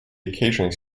occasionally